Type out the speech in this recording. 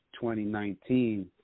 2019